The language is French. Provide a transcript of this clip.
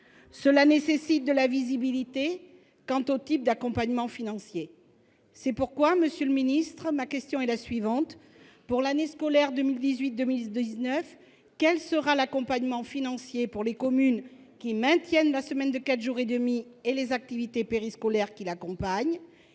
Cela nécessite de la visibilité quant au type d'accompagnement financier. C'est pourquoi, monsieur le ministre, je voudrais savoir quel sera, pour l'année scolaire 2018-2019, l'accompagnement financier pour les communes qui maintiennent la semaine de 4 jours et demi et les activités périscolaires qui l'accompagnent.